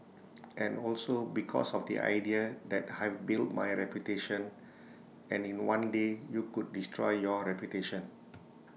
and also because of the idea that I've built my reputation and in one day you could destroy your reputation